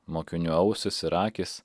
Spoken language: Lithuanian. mokinių ausys ir akys